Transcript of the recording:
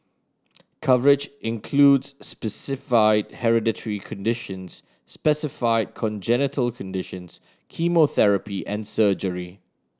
coverage includes specified hereditary conditions specified congenital conditions chemotherapy and surgery